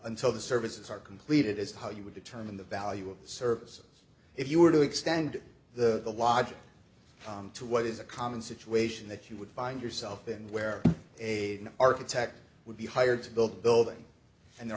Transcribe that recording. until the services are completed is how you would determine the value of the services if you were to extend the the logic to what is a common situation that you would find yourself in where a architect would be hired to build buildings and they're